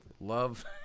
love